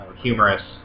humorous